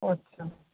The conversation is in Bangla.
আচ্ছা